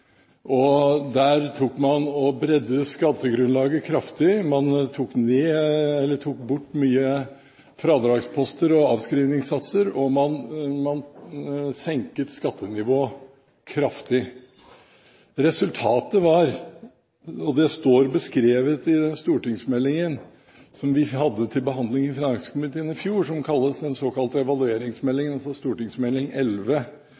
1992. Der bredde man skattegrunnlaget kraftig, man tok bort mange fradragsposter og avskrivningssatser, og man senket skattenivået kraftig. Resultatet – og det står beskrevet i Meld. St. 11 for 2010–2011, den såkalte evalueringsmeldingen, som vi hadde til behandling i finanskomiteen i fjor